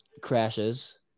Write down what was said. crashes